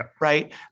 Right